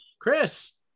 Chris